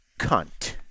cunt